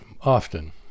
often